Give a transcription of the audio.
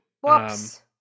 Whoops